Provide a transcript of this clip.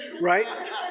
right